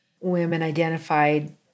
women-identified